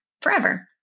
forever